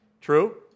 True